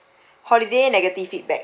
holiday negative feedback